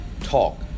talk